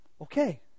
Okay